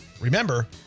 Remember